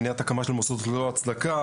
מניעת הקמה של מוסדות ללא הצדקה.